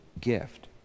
gift